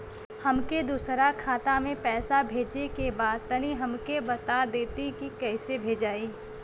हमके दूसरा खाता में पैसा भेजे के बा तनि हमके बता देती की कइसे भेजाई?